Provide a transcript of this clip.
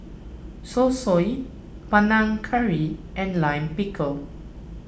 Zosui Panang Curry and Lime Pickle